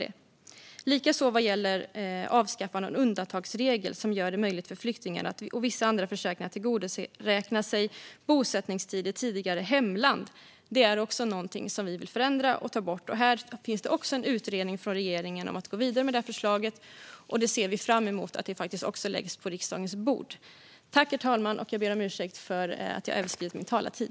Detta gäller likaså när det gäller att avskaffa en undantagsregel som gör det möjligt för flyktingar och vissa andra försäkrade att tillgodoräkna sig bosättningstid i sitt tidigare hemland. Det är också något vi vill ta bort. Här finns också en utredning från regeringen där det föreslås att man ska gå vidare med förslaget, och vi ser fram emot att förslaget läggs på riksdagens bord.